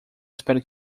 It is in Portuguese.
espero